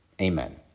amen